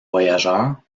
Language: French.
voyageurs